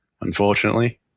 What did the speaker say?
unfortunately